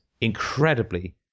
incredibly